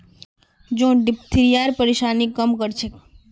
जौ डिप्थिरियार परेशानीक कम कर छेक